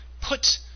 put